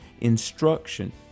instruction